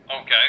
Okay